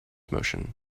motion